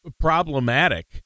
problematic